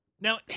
Now